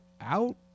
out